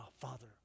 Father